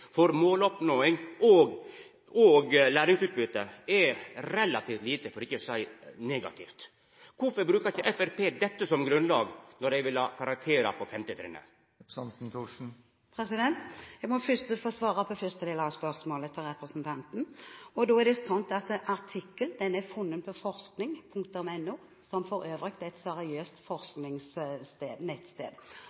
for måloppnåing og læringsutbytte er relativt lita, for ikkje seia negativ. Kvifor brukar ikkje Framstegspartiet dette som grunnlag for å vurdera om dei vil ha karakterar på femte trinnet? Jeg må først svare på den første delen av spørsmålet fra representanten. Det er slik at artikkelen er funnet på forskning.no, som for øvrig er et seriøst